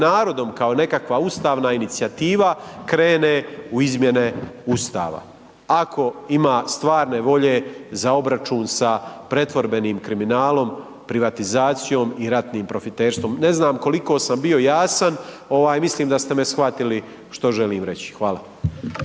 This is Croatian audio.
narodom kao nekakva ustavna inicijativa, krene u izmjene Ustava ako ima stvarne volje za obračun sa pretvorbenim kriminalom, privatizacijom i ratnim profiterstvom. Ne znam koliko sam bio jasan, mislim da ste me shvatili što želim reći, hvala.